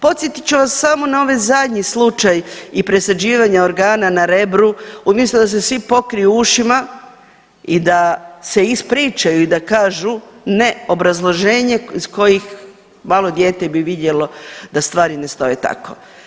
Podsjetit ću vas samo na ovaj zadnji slučaj i presađivanje organa na Rebru, umjesto da se svi pokriju ušima i da se ispričaju i da kažu ne obrazloženje iz kojih malo dijete bi vidjelo da stvari ne stoje tako.